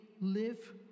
live